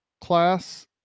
class